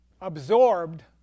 absorbed